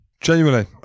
Genuinely